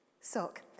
sock